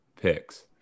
picks